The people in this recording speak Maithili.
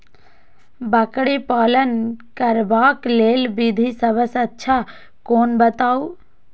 बकरी पालन करबाक लेल विधि सबसँ अच्छा कोन बताउ?